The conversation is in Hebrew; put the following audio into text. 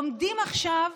עומדים עכשיו